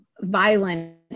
violent